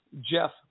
Jeff